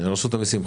רשות המיסים,